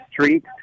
Street